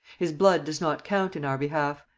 his blood does not count in our behalf.